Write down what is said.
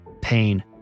pain